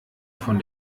von